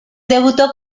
debutó